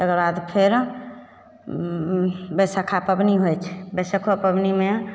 तकरबाद फेर बैसक्खा पबनी होइ छै बैसक्खो पबनीमे